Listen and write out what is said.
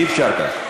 אי-אפשר כך.